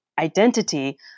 identity